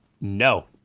no